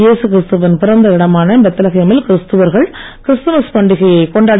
ஏசு கிறிஸ்துவின் பிறந்த இடமான பெத்லகேமில் கிறிஸ்துவர்கள் கிறிஸ்துமஸ் பண்டிகையை கொண்டாடி